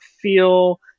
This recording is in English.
feel